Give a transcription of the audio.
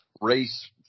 race